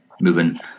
moving